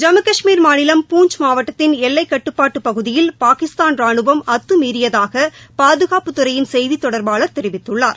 ஜம்மு கஷ்மீர் மாநிலம் பூஞ்ச் மாவட்டத்தின் எல்லைக்கட்டுப்பாட்டுப் பகுதியில் பாகிஸ்தான் ராணுவம் அத்துமீறியதாக பாதுகாப்புத்துறையின் செய்தி தொடர்பாளர் தெரிவித்துள்ளார்